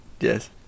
Yes